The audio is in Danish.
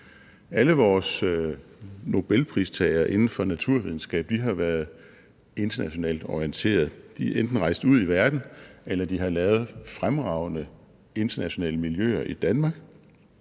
Alle vores nobelpristagere inden for naturvidenskab har været internationalt orienterede. De er enten rejst ud i verden eller har lavet fremragende internationale miljøer i Danmark,